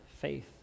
faith